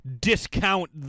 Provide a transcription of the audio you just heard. discount